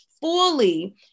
fully